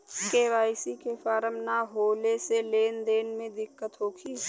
KYC के form न होले से लेन देन में दिक्कत होखी?